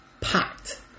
packed